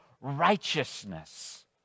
righteousness